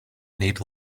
need